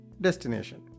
destination